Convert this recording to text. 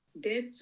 death